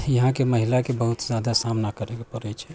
यहाँके महिलाके बहुत जादा सामना करैके पड़ै छै